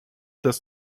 does